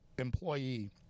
employee